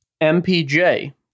MPJ